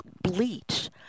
bleach